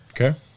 Okay